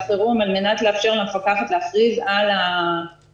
חירום על מנת לאפשר למפקחת להכריז על המגבלה.